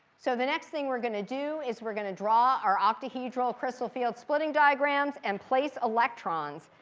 so the next thing we're going to do is we're going to draw our octahedral crystal field splitting diagrams and place electrons.